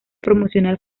promocional